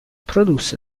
produsse